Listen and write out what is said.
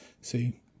See